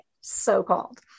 so-called